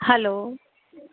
hello